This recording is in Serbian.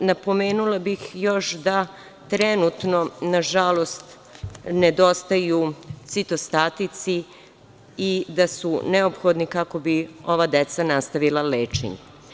Napomenula bih još da trenutno, nažalost, nedostaju citostatici i da su neophodni kako bi ova deca nastavila lečenje.